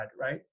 right